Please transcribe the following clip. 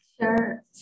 sure